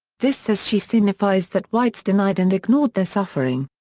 this says she signifies that whites denied and ignored their suffering.